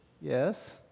Yes